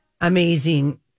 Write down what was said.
amazing